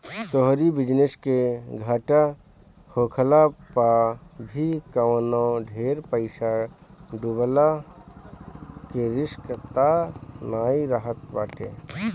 तोहरी बिजनेस के घाटा होखला पअ भी कवनो ढेर पईसा डूबला के रिस्क तअ नाइ रहत बाटे